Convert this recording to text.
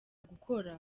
gukora